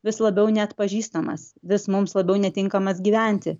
vis labiau neatpažįstamas vis mums labiau netinkamas gyventi